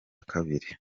kabiri